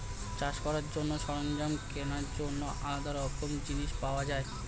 চাষ করার জন্য সরঞ্জাম কেনার জন্য আলাদা রকমের জিনিস পাওয়া যায়